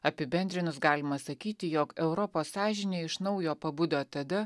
apibendrinus galima sakyti jog europos sąžinė iš naujo pabudo tada